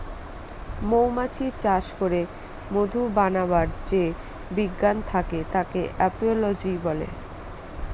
মৌমাছি চাষ করে মধু বানাবার যে বিজ্ঞান থাকে তাকে এপিওলোজি বলে